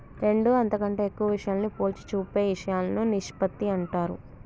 రెండు అంతకంటే ఎక్కువ విషయాలను పోల్చి చూపే ఇషయాలను నిష్పత్తి అంటారు